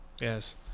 yes